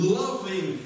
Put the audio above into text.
loving